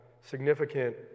significant